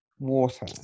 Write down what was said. Water